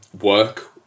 work